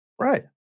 Right